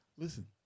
Listen